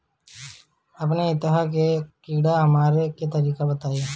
अपने एहिहा के कीड़ा मारे के तरीका बताई?